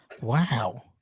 wow